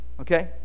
okay